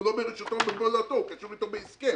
הוא לא ברשותו או בבעלותו כי יש לו הסכם.